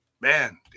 man